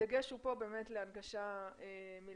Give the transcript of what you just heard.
הדגש הוא פה באמת להנגשה מלכתחילה.